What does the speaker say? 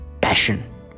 passion